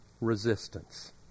resistance